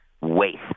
waste